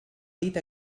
dit